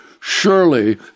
Surely